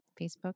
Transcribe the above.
facebook